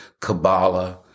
Kabbalah